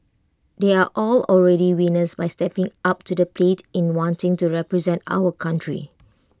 they are all already winners by stepping up to the plate in wanting to represent our country